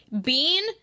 Bean